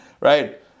Right